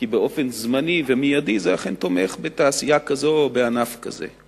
כי באופן זמני ומיידי זה אכן תומך בתעשייה כזו ובענף כזה.